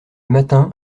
matin